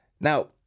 now